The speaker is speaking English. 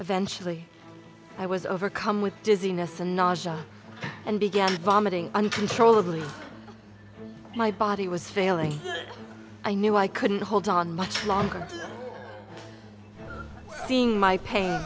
eventually i was overcome with dizziness and nausea and began vomiting uncontrollably my body was failing i knew i couldn't hold on much longer seeing my pain